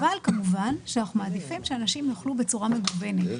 אבל כמובן אנחנו מעדיפים שאנשים יאכלו בצורה מגוונת,